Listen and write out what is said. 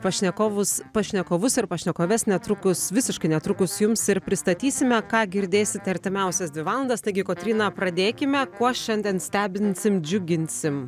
pašnekovus pašnekovus ir pašnekoves netrukus visiškai netrukus jums ir pristatysime ką girdėsit artimiausias dvi valandas taigi kotryna pradėkime kuo šiandien stebinsim džiuginsim